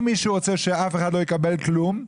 אם מישהו רוצה שאף אחד לא יקבל כלום,